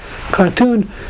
cartoon